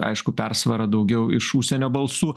aišku persvara daugiau iš užsienio balsų